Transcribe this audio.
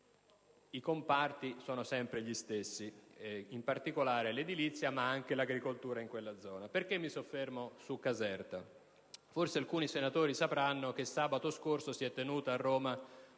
I comparti sono sempre gli stessi: in particolare l'edilizia, ma anche l'agricoltura in quella zona. Perché mi soffermo su Caserta? Forse alcuni senatori sapranno che sabato scorso si è tenuta a Roma